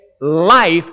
life